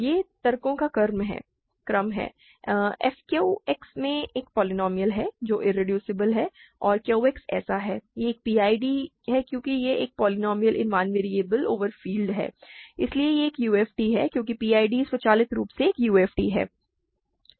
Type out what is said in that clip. यह तर्कों का क्रम है f Q X में एक पॉलिनॉमियल है जो इरेड्यूसबल है और Q X ऐसा है यह एक PID क्योंकि यह एक polynomial in one variable over field है इसलिए एक UFD है क्योंकि PID स्वचालित रूप से एक UFD है